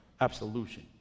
absolution